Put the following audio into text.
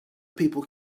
people